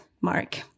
Mark